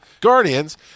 Guardians